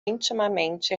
intimamente